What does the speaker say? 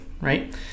right